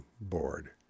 board